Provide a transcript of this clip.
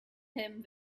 him